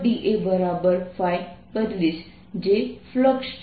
daϕ બદલીશ જે ફ્લક્સ છે